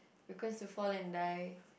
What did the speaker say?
because you fall and die